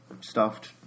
stuffed